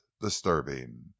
disturbing